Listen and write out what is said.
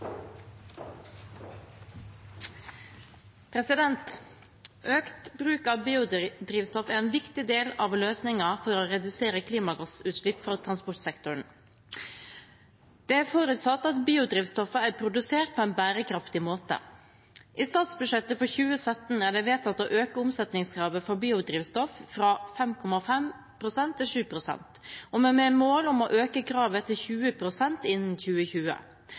en viktig del av løsningen for å redusere klimagassutslipp fra transportsektoren – forutsatt at biodrivstoffet er produsert på en bærekraftig måte. I statsbudsjettet for 2017 er det vedtatt å øke omsetningskravet for biodrivstoff fra 5,5 pst. til 7 pst. og med mål om å øke kravet til 20 pst. innen 2020.